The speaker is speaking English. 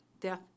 death